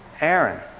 Aaron